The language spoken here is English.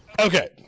Okay